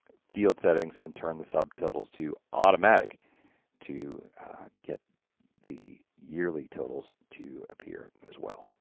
field settings and turn the subtotals to automatic to get the yearly totals to appear as well.